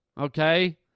okay